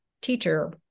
teacher